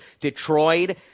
Detroit